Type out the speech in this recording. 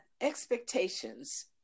expectations